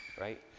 right